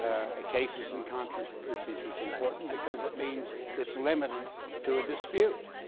ah cases and controversies is important because it means it's limited to a dispute.